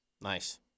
Nice